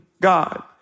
God